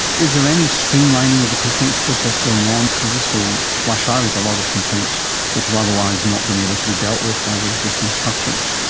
is there any streamlining of the complaints process going on? because this will flush out a lot of complaints which have otherwise not been able to be dealt with by the existing structures.